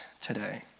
today